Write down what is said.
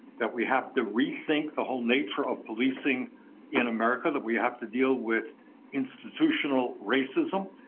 that we have to rethink the whole nature of policing in america, that we have to deal with institutional racism.